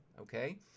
Okay